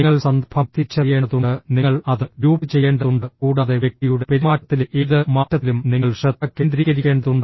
നിങ്ങൾ സന്ദർഭം തിരിച്ചറിയേണ്ടതുണ്ട് നിങ്ങൾ അത് ഗ്രൂപ്പുചെയ്യേണ്ടതുണ്ട് കൂടാതെ വ്യക്തിയുടെ പെരുമാറ്റത്തിലെ ഏത് മാറ്റത്തിലും നിങ്ങൾ ശ്രദ്ധ കേന്ദ്രീകരിക്കേണ്ടതുണ്ട്